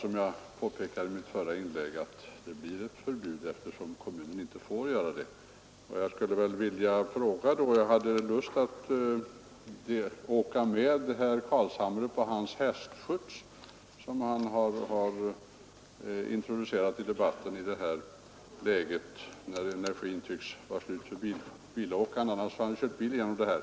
Som jag påpekade i mitt förra inlägg, blir det ju i praktiken ett förbud, eftersom kommunen inte får överlåta verksamheten till någon annan. Jag hade lust att åka med herr Carlshamre på hans hästskjuts, som han har introducerat i debatten i det här läget när energin tycks vara slut för bilåkarna; annars hade han väl kört med bil igenom det här.